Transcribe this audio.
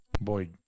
Boy